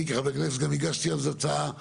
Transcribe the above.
אני כחבר כנסת גם הגשתי אז הצעת חוק,